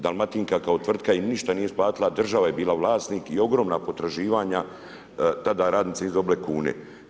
Dalmatinka kao tvrtka im ništa nije isplatila, država je bila vlasnik i ogromna potraživanja, tada radnice nisu dobile kune.